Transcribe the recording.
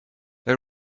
they